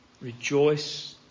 rejoice